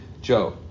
Joe